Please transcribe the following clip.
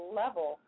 level